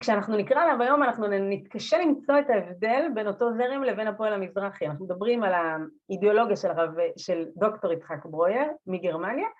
כשאנחנו נקרא עליו היום אנחנו נתקשה למצוא את ההבדל בין אותו זרם לבין הפועל המזרחי אנחנו מדברים על האידאולוגיה של דוקטור יצחק ברויר מגרמניה